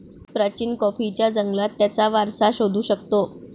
प्राचीन कॉफीच्या जंगलात त्याचा वारसा शोधू शकतो